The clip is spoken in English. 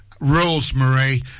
Rosemary